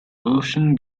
russian